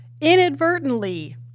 inadvertently